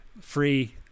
free